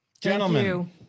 Gentlemen